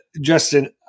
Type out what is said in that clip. Justin